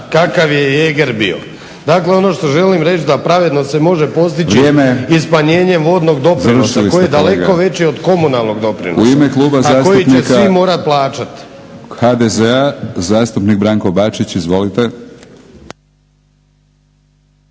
kakav je jeger bio. Dakle, ono što želim reći da pravednost se može postići i smanjenjem vodnog doprinosa koji je daleko veći od komunalnog doprinosa, a koji će svi morat plaćat. **Batinić, Milorad